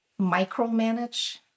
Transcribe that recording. micromanage